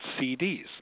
CDs